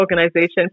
Organization